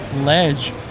ledge